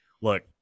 look